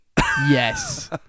Yes